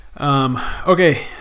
Okay